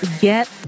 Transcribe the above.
get